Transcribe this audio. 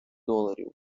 доларів